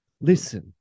Listen